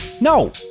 No